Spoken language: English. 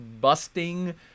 busting